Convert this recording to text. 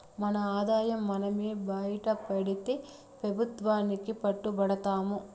మన ఆదాయం మనమే బైటపెడితే పెబుత్వానికి పట్టు బడతాము